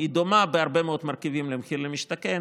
היא דומה בהרבה מאוד מרכיבים למחיר למשתכן